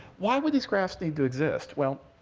why would these graphs need to exist? well,